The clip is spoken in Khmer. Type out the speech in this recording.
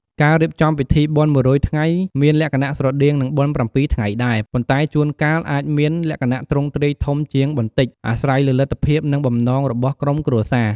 ការរៀបចំពិធីបុណ្យមួយរយថ្ងៃមានលក្ខណៈស្រដៀងនឹងបុណ្យប្រាំពីរថ្ងៃដែរ ប៉ុន្តែជួនកាលអាចមានលក្ខណៈទ្រង់ទ្រាយធំជាងបន្តិច អាស្រ័យលើលទ្ធភាព និងបំណងរបស់ក្រុមគ្រួសារ។